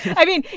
i mean,